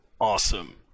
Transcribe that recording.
Awesome